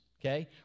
Okay